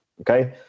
Okay